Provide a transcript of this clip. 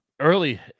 early